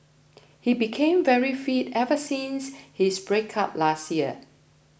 he became very fit ever since his breakup last year